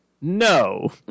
no